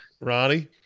Ronnie